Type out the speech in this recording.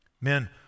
Men